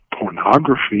pornography